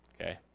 Okay